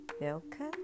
Welcome